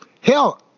Hell